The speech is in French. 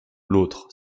l’autre